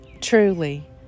Truly